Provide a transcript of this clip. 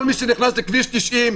כל מי שנכנס לכביש 90,